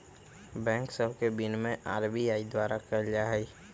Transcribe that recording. bank सभ के विनियमन आर.बी.आई द्वारा कएल जाइ छइ